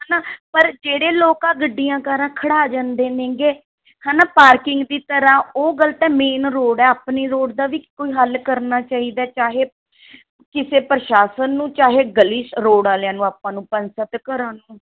ਹੈ ਨਾ ਪਰ ਜਿਹੜੇ ਲੋਕ ਆ ਗੱਡੀਆਂ ਕਾਰਾਂ ਖੜ੍ਹਾ ਜਾਂਦੇ ਨੇ ਗੇ ਹੈ ਨਾ ਪਾਰਕਿੰਗ ਦੀ ਤਰ੍ਹਾਂ ਓ ਗਲਤ ਹੈ ਮੇਨ ਰੋੜ ਹੈ ਆਪਣੇ ਰੋੜ ਦਾ ਵੀ ਕੋਈ ਹੱਲ ਕਰਨਾ ਚਾਈਦਾ ਚਾਹੇ ਕਿਸੇ ਪ੍ਰਸ਼ਾਸ਼ਨ ਨੂੰ ਚਾਹੇ ਗਲੀ ਸ ਰੋੜ ਵਾਲਿਆਂ ਨੂੰ ਆਪਾਂ ਨੂੰ ਪੰਜ ਸੱਤ ਘਰਾਂ ਨੂੰ